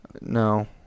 No